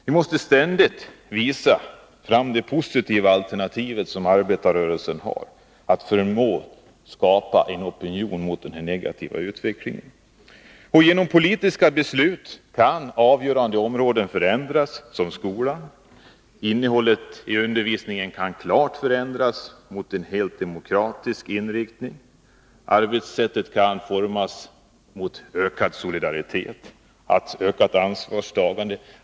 Vi måste ständigt visa fram arbetarrörelsens positiva alternativ och söka skapa en opinion mot denna negativa utveckling. Genom politiska beslut kan avgörande områden förändras, t.ex. skolan. Innehållet i undervisningen kan klart ges en helt demokratisk inriktning. Arbetssättet kan formas mot ökad solidaritet och ökat ansvarstagande.